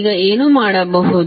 ಈಗ ಏನು ಮಾಡಬಹುದು